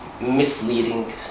misleading